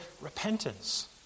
repentance